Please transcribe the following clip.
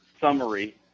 summary